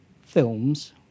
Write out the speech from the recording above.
films